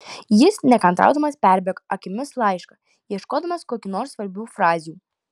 jis nekantraudamas perbėgo akimis laišką ieškodamas kokių nors svarbių frazių